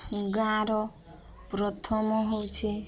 ଗାଁର ପ୍ରଥମ ହଉଛି